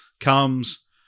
comes